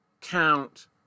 count